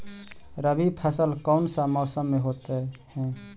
रवि फसल कौन सा मौसम में होते हैं?